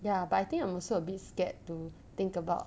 ya but I think I'm also a bit scared to think about